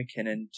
McKinnon